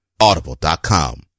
audible.com